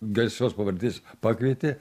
garsios pavardės pakvietė